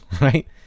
right